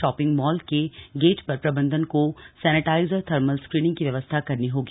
shopping mall के gate पर प्रबंधन को सैनिटाइजर थर्मल स्क्रीनिंग की व्यवस्था करनी होगी